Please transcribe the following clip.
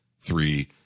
three